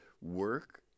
work